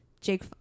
jake